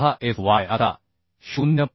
6 F yआता 0